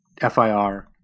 FIR